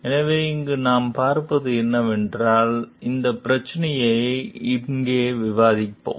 எனவே இங்கு நாம் பார்ப்பது என்னவென்றால் இந்த பிரச்சினையை இங்கே விவாதிப்போம்